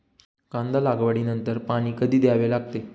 कांदा लागवडी नंतर पाणी कधी द्यावे लागते?